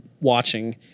watching